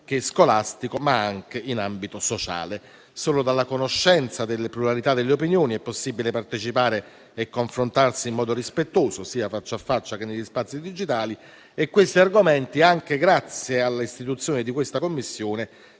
scolastico ed anche sociale. Solo dalla conoscenza delle pluralità delle opinioni è possibile partecipare e confrontarsi in modo rispettoso, sia faccia a faccia che negli spazi digitali, e questi argomenti, anche grazie all'istituzione di questa Commissione,